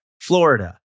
Florida